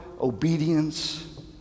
obedience